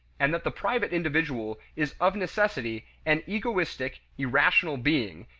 and that the private individual is of necessity an egoistic, irrational being,